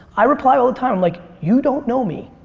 i reply all the time, i'm like you don't know me.